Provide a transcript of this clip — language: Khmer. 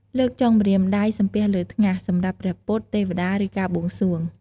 លើកចុងម្រាមដៃសំពះដល់ថ្ងាស សម្រាប់ព្រះពុទ្ធ ទេវតា ឬ ការបួងសួង។